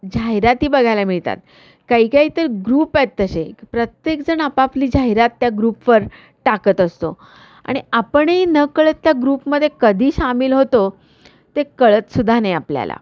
जाहिराती बघायला मिळतात काही काही तर ग्रुप आहेत तसे प्रत्येकजण आपापली जाहिरात त्या ग्रुपवर टाकत असतो आणि आपणही न कळत त्या ग्रुपमध्ये कधी सामील होतो ते कळतसुद्धा नाही आपल्याला